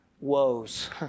woes